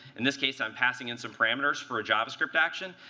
in this case, i'm passing in some parameters for a javascript action.